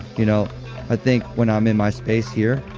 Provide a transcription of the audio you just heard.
you know i think when i'm in my space here,